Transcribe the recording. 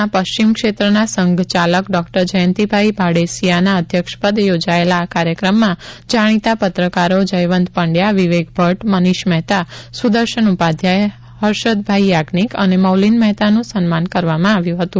ના પશ્ચિમ ક્ષેત્રના સંઘ ચાલક ડોક્ટર જયંતિભાઈ ભાડેસીયાના અધ્યક્ષપદે યોજાયેલા આ કાર્યક્રમમાં જાણીતા પત્રકારો જયવંત પંડચા વિવેક ભટ્ટ મનીષ મહેતા સુદર્શન ઉપાધ્યાય હર્ષદભાઈ યાજ્ઞિક અને મોલીન મહેતાનું સન્માન કરવામાં આવ્યું હતું